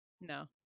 No